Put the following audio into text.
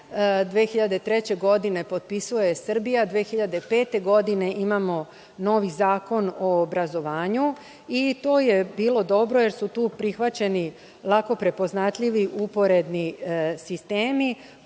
2003. godine potpisuje Srbija, 2005. godine imamo novi Zakon o obrazovanju. To je bilo dobro jer su tu prihvaćeni lako prepoznatljivi uporedni sistemi,